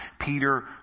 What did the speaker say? Peter